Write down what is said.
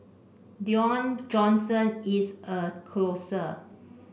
Dwayne Johnson is a closer